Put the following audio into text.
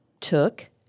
took